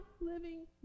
living